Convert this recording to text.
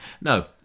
No